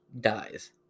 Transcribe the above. dies